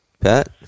Pat